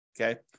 Okay